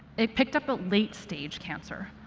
it picked up a late stage cancer,